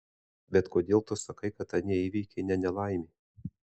bet kodėl tu sakai kad anie įvykiai ne nelaimė